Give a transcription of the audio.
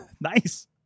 Nice